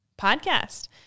podcast